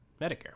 Medicare